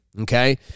Okay